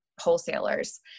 wholesalers